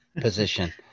Position